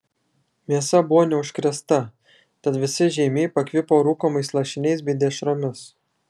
mėsa buvo neužkrėsta tad visi žeimiai pakvipo rūkomais lašiniais bei dešromis